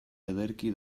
ederki